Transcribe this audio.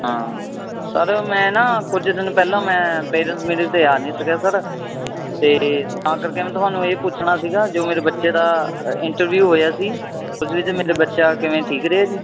ਹਾਂ ਸਰ ਮੈਂ ਨਾ ਕੁਝ ਦਿਨ ਪਹਿਲਾਂ ਮੈਂ ਪੇਅਰੈਟਸ ਮੀਟਿੰਗ 'ਤੇ ਆ ਨਹੀਂ ਸਕਿਆ ਸਰ ਅਤੇ ਤਾਂ ਕਰਕੇ ਮੈਂ ਤੁਹਾਨੂੰ ਇਹ ਪੁੱਛਣਾ ਸੀਗਾ ਜੋ ਮੇਰੇ ਬੱਚੇ ਦਾ ਇੰਟਰਵਿਊ ਹੋਇਆ ਸੀ ਉਸ ਵਿੱਚ ਮੇਰਾ ਬੱਚਾ ਕਿਵੇਂ ਠੀਕ ਰਿਹਾ ਜੀ